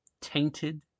tainted